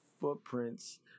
footprints